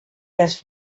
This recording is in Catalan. les